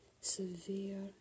severe